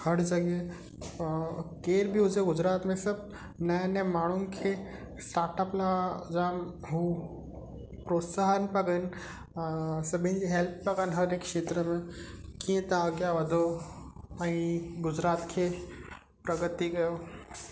हर जॻह केर बि हुजे गुजरात में सभु नवां नवां माण्हुनि खे स्टाटअप लाइ जाम हू प्रोत्साहन पिया करनि सभिनी जी हैल्प पिया कनि हर हिकु खेत्र में कीअं तव्हां अॻियां वधो ऐं गुजरात खे प्रगति कयो